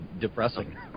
depressing